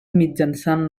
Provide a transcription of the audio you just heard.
mitjançant